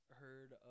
heard